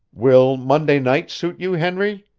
will monday night suit you, henry?